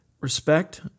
respect